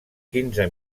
quinze